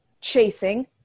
chasing